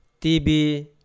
TB